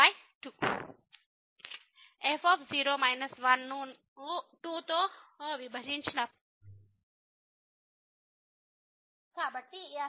కాబట్టి మనం ఇక్కడ f కి సమానమైన 3 కన్నా తక్కువ మరియు అంతకన్నా తక్కువ కంటే తక్కువ పొందుతాము ఇక్కడ మైనస్ 2 ప్లస్ 1 ఉంది కాబట్టి మైనస్ 1 మరియు తరువాత ఇక్కడ 2 మరియు తరువాత ప్లస్ 1 మనకు 3 లభిస్తుంది